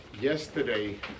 yesterday